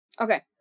okay